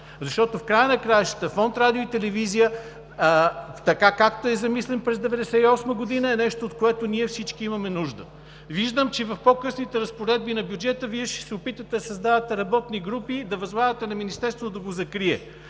защото в края на краищата Фонд „Радио и телевизия“ така, както е замислен през 1998 г., е нещо, от което всички ние имаме нужда. Виждам, че и в по-късните разпоредби на бюджета Вие ще се опитате да създавате работни групи, да възлагате на Министерството да го закрие.